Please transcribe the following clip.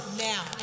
Now